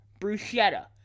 bruschetta